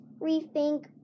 rethink